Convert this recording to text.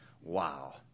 Wow